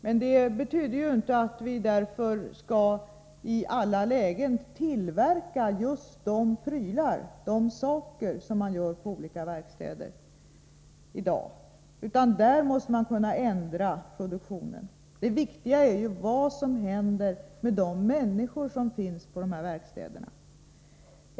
Men det betyder inte att vi för den skull i alla lägen skall tillverka just de produkter som man i dag framställer på olika verkstäder, utan man måste kunna ändra produktionen. Det viktiga är vad som händer med de människor som finns på dessa verkstäder.